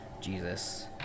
Jesus